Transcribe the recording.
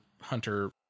Hunter